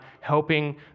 helping